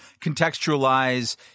contextualize